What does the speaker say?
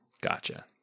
Gotcha